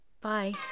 Bye